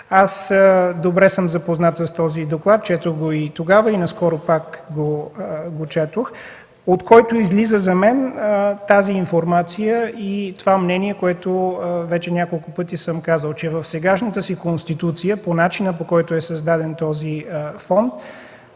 Аз съм запознат добре с този доклад, четох го тогава и наскоро пак, от който излиза тази информация и това мнение, което вече няколко пъти съм казал, че в сегашната си конституция по начина, по който е създаден този фонд,